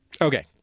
Okay